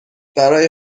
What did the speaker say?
برای